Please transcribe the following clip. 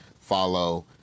follow